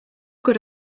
good